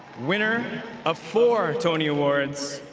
winner of four tony awards.